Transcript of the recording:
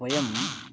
वयं